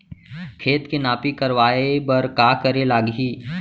खेत के नापी करवाये बर का करे लागही?